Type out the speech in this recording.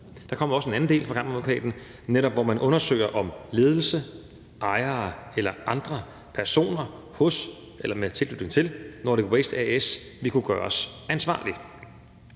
Der kommer også en anden del for Kammeradvokaten, hvor man netop undersøger, om ledelse, ejere eller andre personer med tilknytning til Nordic Waste vil kunne gøres ansvarlig.